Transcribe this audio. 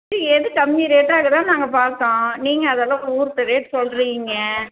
first எது கம்மி ரேட்டோ அதுதான் நாங்கள் பார்த்தோம் நீங்கள் அதெல்லாம் ஊருப்பட்ட ரேட் சொல்லுறிங்க